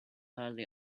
hardly